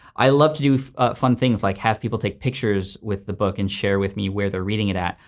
i love to do fun things like have people take pictures with the book and share with me where they're reading it at.